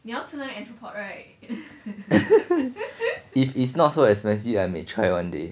if it's not so expensive I may try one day